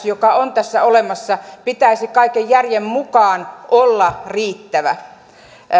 joka on tässä olemassa pitäisi kaiken järjen mukaan olla riittävä